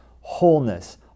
wholeness